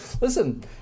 listen